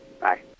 Bye